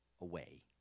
away